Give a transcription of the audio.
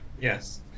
Yes